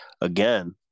again